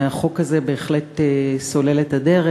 והיום הזה בהחלט סולל את הדרך.